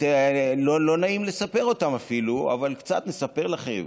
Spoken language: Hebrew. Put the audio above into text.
לא נעים לספר אותן אפילו, אבל קצת נספר לכם: